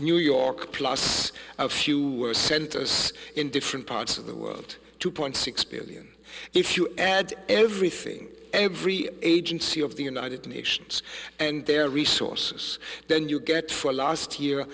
new york plus a few were sent to us in different parts of the world two point six billion if you add everything every agency of the united nations and their resource then you get for last year